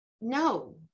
No